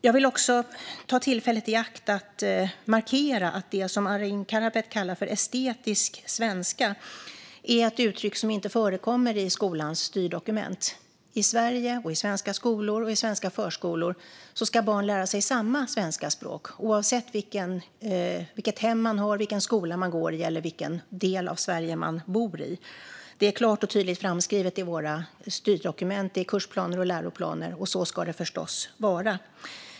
Jag vill också ta tillfället i akt att markera att estetisk svenska, som Arin Karapet kallar det för, är ett uttryck som inte förekommer i skolans styrdokument. I Sverige och i svenska skolor och förskolor ska barn lära sig samma svenska språk, oavsett vilket hem man har, vilken skola man går i eller vilken del av Sverige man bor i. Detta är klart och tydligt framskrivet i våra styrdokument - i kursplaner och läroplaner - och så ska det förstås vara.